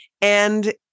And-